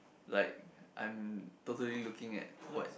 like I'm totally looking at what